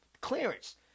clearance